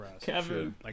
Kevin